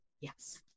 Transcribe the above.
Yes